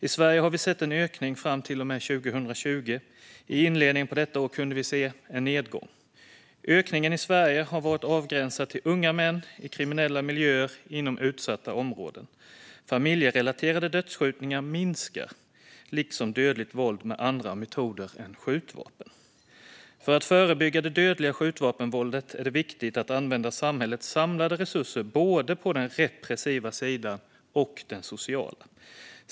I Sverige har vi sett en ökning fram till och med 2020. I inledningen på detta år kunde vi se en nedgång. Ökningen i Sverige har varit avgränsad till unga män i kriminella miljöer i utsatta områden. Familjerelaterade dödsskjutningar minskar liksom dödligt våld med andra metoder än skjutvapen. För att förebygga det dödliga skjutvapenvåldet är det viktigt att använda samhällets samlade resurser på både den repressiva och den sociala sidan.